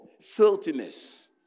filthiness